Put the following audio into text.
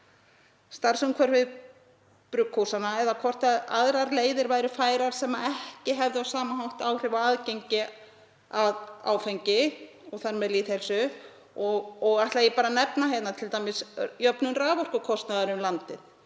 starfsumhverfi brugghúsanna eða hvort aðrar leiðir væru færar sem ekki hefðu á sama hátt áhrif á aðgengi að áfengi og þar með lýðheilsu. Ég ætla bara að nefna t.d. jöfnun raforkukostnaðar um landið,